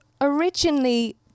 originally